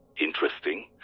Interesting